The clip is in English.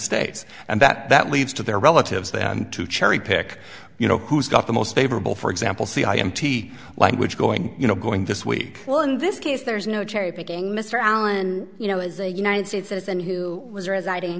states and that that leads to their relatives then to cherry pick you know who's got the most favorable for example c i m t language going you know going this week well in this case there's no cherry picking mr allen you know is a united states citizen who was